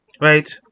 right